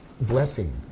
blessing